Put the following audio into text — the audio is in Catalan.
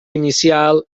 inicial